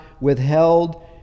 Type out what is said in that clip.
withheld